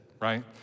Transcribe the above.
right